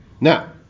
Now